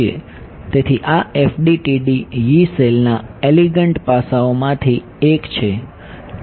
તેથી આ FDTD Yee સેલના એલિગંટ પાસાઓમાંથી એક છે